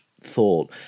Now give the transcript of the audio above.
thought